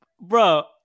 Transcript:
bro